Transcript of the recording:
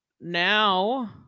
Now